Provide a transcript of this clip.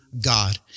god